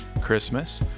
Christmas